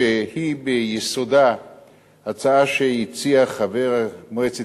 שביסודה היא הצעה שהציע חבר מועצת